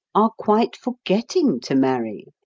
are quite forgetting to marry.